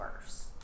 worse